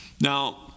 Now